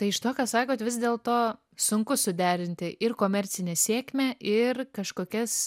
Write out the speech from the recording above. tai iš to ką sakot vis dėlto sunku suderinti ir komercinę sėkmę ir kažkokias